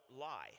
lie